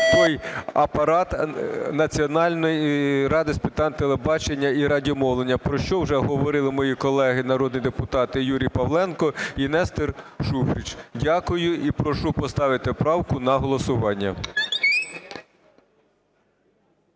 той апарат Національної ради з питань телебачення і радіомовлення. Про що вже говорили мої колеги народні депутати Юрій Павленко і Нестор Шуфрич. Дякую і прошу поставити правку на голосування.